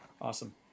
Awesome